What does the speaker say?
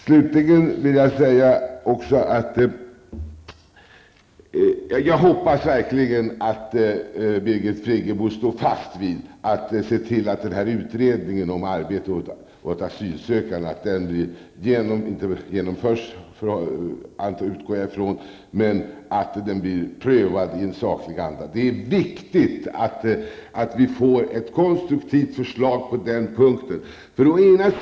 Slutligen vill jag säga att jag verkligen hoppas att Birgit Friggebo står fast vid att se till att denna utredning om arbete åt asylsökande blir prövad i en saklig anda -- att den genomförs utgår jag från. Det är viktigt att vi får ett konstruktivt förslag på den punkten.